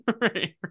right